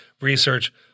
research